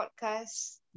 podcast